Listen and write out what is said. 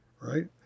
Right